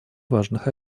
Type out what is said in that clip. важных